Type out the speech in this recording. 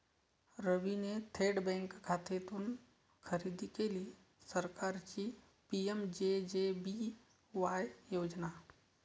रवीने थेट बँक शाखेतून खरेदी केली सरकारची पी.एम.जे.जे.बी.वाय योजना